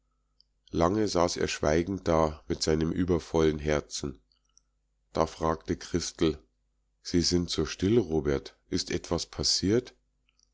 lange saß er schweigend da mit seinem übervollen herzen da fragte christel sie sind so still robert ist etwas passiert